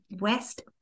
West